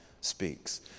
speaks